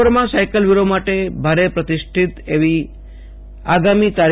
વિશ્વભરમાં સાઈકલવીરો માટે ભારે પ્રતિષ્ઠીત એવી આગામો તા